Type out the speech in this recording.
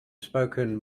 spoken